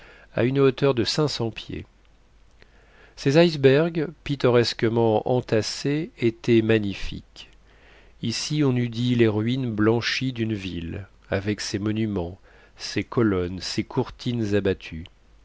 à une hauteur de cinq cents pieds ces icebergs pittoresquement entassés étaient magnifiques ici on eût dit les ruines blanchies d'une ville avec ses monuments ses colonnes ses courtines abattues